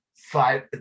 Five